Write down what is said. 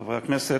חברי הכנסת,